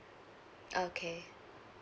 okay